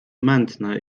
mętne